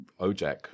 ojek